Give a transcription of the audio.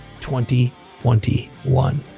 2021